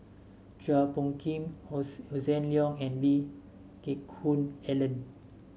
Chua Phung Kim Hossan Leong and Lee Geck Hoon Ellen